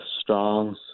strong